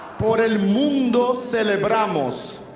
por el mundo celebramos